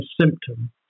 symptom